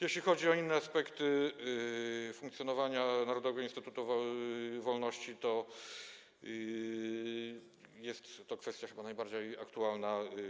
Jeśli chodzi o inne aspekty funkcjonowania Narodowego Instytutu Wolności, to jest to kwestia chyba najbardziej aktualna.